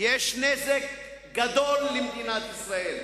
נזק גדול למדינת ישראל.